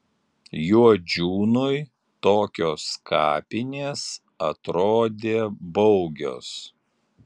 juodžiūnui tokios kapinės atrodė baugios